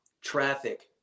traffic